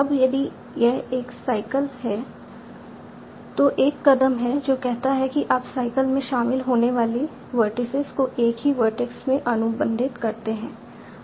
अब यदि यह एक साइकल है तो एक कदम है जो कहता है कि आप साइकल में शामिल होने वाले वर्टिसीज को एक ही वर्टेक्स में अनुबंधित करते हैं